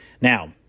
Now